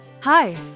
Hi